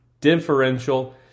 differential